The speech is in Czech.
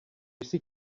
jsi